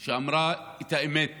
והיא אמרה את האמת תמיד,